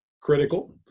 critical